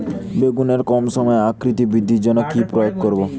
বেগুনের কম সময়ে আকৃতি বৃদ্ধির জন্য কি প্রয়োগ করব?